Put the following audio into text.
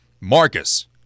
Marcus